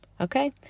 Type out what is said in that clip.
Okay